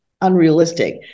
unrealistic